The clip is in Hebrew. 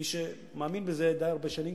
כמי שמאמין בזה די הרבה שנים,